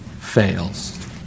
fails